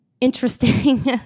interesting